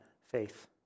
faith